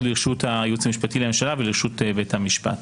לרשות הייעוץ המשפטי לממשלה ולרשות בית המשפט.